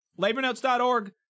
LaborNotes.org